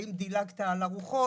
האם דילגתם על ארוחות.